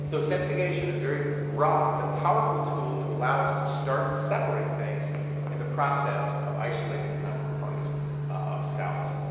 so centrifugation, a very rough but powerful tool to allow us to start to separate things in the process of isolating components of cells.